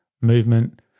movement